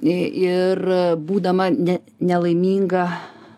ir būdama ne nelaiminga